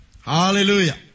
Hallelujah